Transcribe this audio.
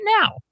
now